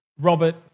Robert